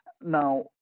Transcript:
Now